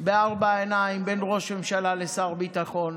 בארבע עיניים, בין ראש ממשלה לשר ביטחון,